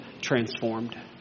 transformed